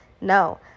no